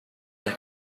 las